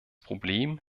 problem